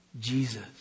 Jesus